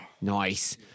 nice